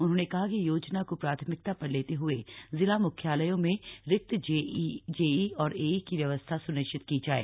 उन्होंने कहा कि योजना को प्राथमिकता पर लेते हए जिला मुख्यालयों में रिक्त जेई और एई की व्यवस्था स्निश्चित की जाए